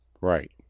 Right